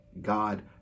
God